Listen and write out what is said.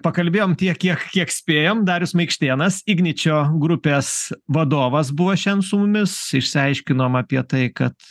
pakalbėjom tiek kiek kiek spėjom darius maikštėnas igničio grupės vadovas buvo šian su mumis išsiaiškinom apie tai kad